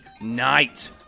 night